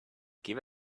give